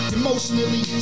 emotionally